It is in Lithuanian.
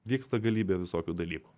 vyksta galybė visokių dalykų